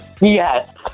Yes